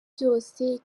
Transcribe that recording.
byose